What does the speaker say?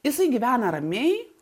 jisai gyvena ramiai